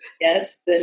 Yes